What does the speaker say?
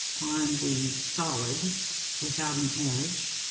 on the solid without an edge.